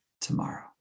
tomorrow